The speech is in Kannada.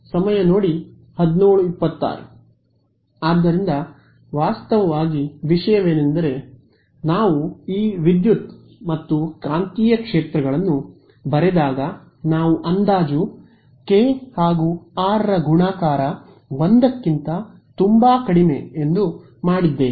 ವಿದ್ಯಾರ್ಥಿ ಆದ್ದರಿಂದ ವಾಸ್ತವವಾಗಿ ವಿಷಯವೆಂದರೆ ನಾವು ಈ ವಿದ್ಯುತ್ ಮತ್ತು ಕಾಂತೀಯ ಕ್ಷೇತ್ರಗಳನ್ನು ಬರೆದಾಗ ನಾವು ಅಂದಾಜು kr 1 ಅನ್ನು ಮಾಡಿದ್ದೇವೆ